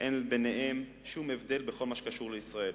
אין ביניהם שום הבדל בכל מה שקשור לישראל.